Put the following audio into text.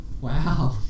Wow